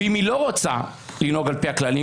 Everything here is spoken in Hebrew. ואם היא לא רוצה לנהוג על פי הכללים,